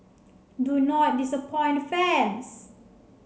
do not disappoint the fans